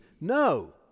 no